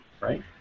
right